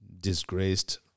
disgraced